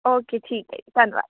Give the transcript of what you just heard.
okay ਠੀਕ ਹੈ ਜੀ ਧੰਨਵਾਦ